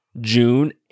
June